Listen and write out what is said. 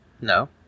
No